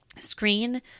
screen